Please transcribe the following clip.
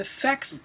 affects